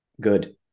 Good